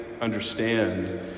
understand